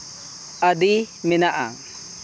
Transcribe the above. ᱟᱹᱫᱤ ᱢᱮᱱᱟᱜᱼᱟ